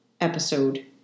episode